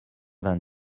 vingt